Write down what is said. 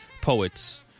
poets